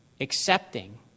accepting